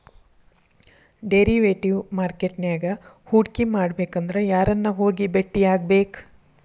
Derivative market ನ್ಯಾಗ್ ಹೂಡ್ಕಿಮಾಡ್ಬೆಕಂದ್ರ ಯಾರನ್ನ ಹೊಗಿ ಬೆಟ್ಟಿಯಾಗ್ಬೇಕ್?